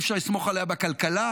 אי-אפשר לסמוך עליה בכלכלה,